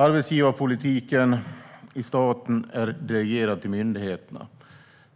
Arbetsgivarpolitiken i staten är delegerad till myndigheterna.